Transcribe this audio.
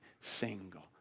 single